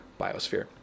biosphere